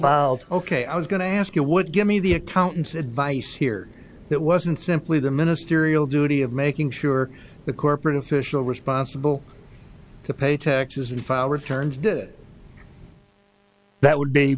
involved ok i was going to ask you would give me the accountants advice here that wasn't simply the ministerial duty of making sure the corporate official responsible to pay taxes and file returns did that would be